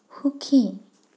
সুখী